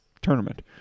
tournament